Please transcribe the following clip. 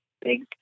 big